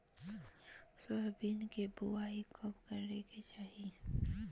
Soybean के बुआई कब करे के चाहि?